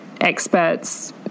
experts